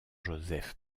joseph